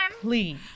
Please